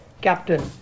captain